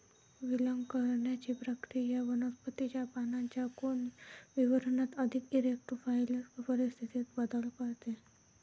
विलग करण्याची प्रक्रिया वनस्पतीच्या पानांच्या कोन वितरणात अधिक इरेक्टोफाइल परिस्थितीत बदल करते